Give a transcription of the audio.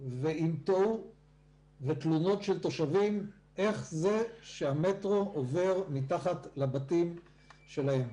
ועם תלונות של תושבים איך זה שהמטרו עובר מתחת לבתים שלהם.